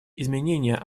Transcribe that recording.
изменения